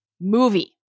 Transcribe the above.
movie